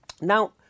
now